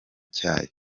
cyayo